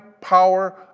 power